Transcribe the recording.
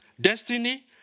destiny